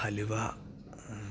halwa